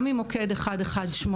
גם ממוקד 118,